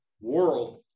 world